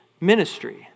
ministry